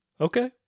Okay